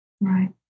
Right